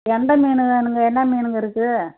கெண்டை மீன் வேணுங்க என்ன மீனுங்க இருக்குது